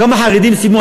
כמה חרדים סיימו?